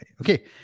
okay